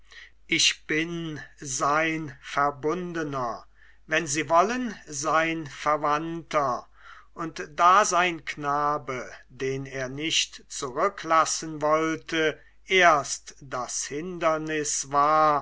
ich bin sein verbundener wenn sie wollen sein verwandter und da sein knabe den er nicht zurücklassen wollte erst das hindernis war